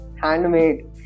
handmade